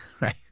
right